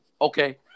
Okay